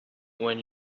when